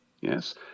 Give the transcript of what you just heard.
Yes